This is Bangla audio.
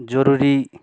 জরুরি